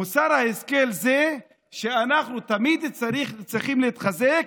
מוסר ההשכל הוא שאנחנו תמיד צריכים להתחזק,